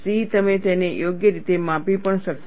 તમે તેને યોગ્ય રીતે માપી પણ શકતા નથી